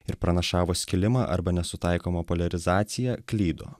ir pranašavo skilimą arba nesutaikomą poliarizaciją klydo